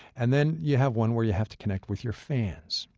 and then you have one where you have to connect with your fans.